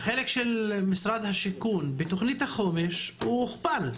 החלק של משרד השיכון בתוכנית החומש הוכפל.